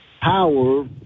power